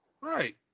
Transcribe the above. Right